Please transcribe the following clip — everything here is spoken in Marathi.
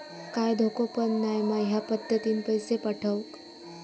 काय धोको पन नाय मा ह्या पद्धतीनं पैसे पाठउक?